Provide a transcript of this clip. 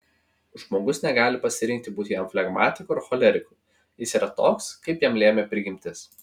žmogus negali pasirinkti būti jam flegmatiku ar choleriku jis yra toks kaip jam lėmė prigimtis